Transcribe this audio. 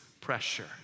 pressure